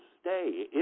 stay